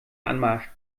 anmarsch